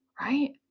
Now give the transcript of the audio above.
Right